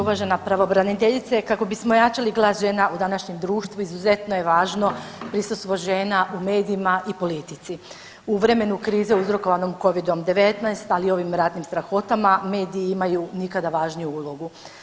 Uvažena pravobraniteljice kako bismo ojačali glas žena u današnjem društvu izuzetno je važno prisustvo žena u medijima i politici u vremenu krize uzrokovanom covidom-19 ali i ovim ratnim strahotama mediji imaju nikada važniju ulogu.